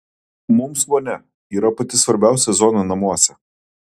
mums vonia yra pati svarbiausia zona namuose